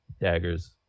daggers